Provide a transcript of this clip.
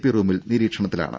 P റൂമിൽ നിരീക്ഷണത്തിലാണ്